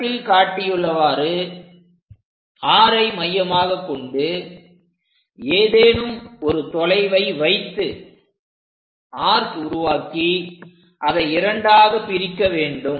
படத்தில் காட்டியுள்ளவாறு Rஐ மையமாகக் கொண்டு ஏதேனும் ஒரு தொலைவை வைத்து ஆர்க் உருவாக்கி அதை இரண்டாக பிரிக்க வேண்டும்